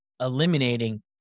eliminating